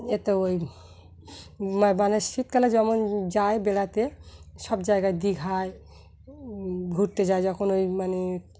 এতে ওই মানে শীতকালে যেমন যায় বেড়াতে সব জায়গায় দীঘায় ঘুরতে যায় যখন ওই মানে